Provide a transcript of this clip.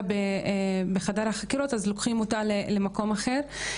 בחדר החקירות אז לוקחים אותה למקום אחר,